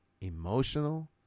emotional